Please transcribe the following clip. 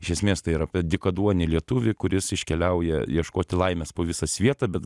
iš esmės tai yra apie dykaduonį lietuvį kuris iškeliauja ieškoti laimės po visą svietą bet